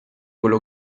quello